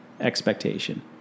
expectation